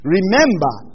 Remember